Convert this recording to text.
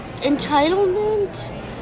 entitlement